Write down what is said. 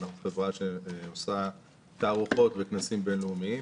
אנחנו חברה שעושה תערוכות וכנסים בינלאומיים.